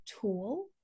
tool